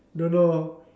don't know